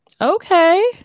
Okay